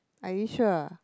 are you sure